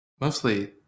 mostly